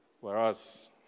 Whereas